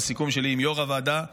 מהסיכום שלי עם יו"ר הוועדה והשרים,